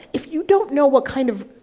if you don't know what kind of,